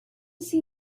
see